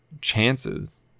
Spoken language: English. chances